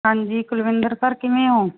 ਹਾਂਜੀ ਕੁਲਵਿੰਦਰ ਸਰ ਕਿਵੇਂ ਹੋ